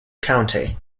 county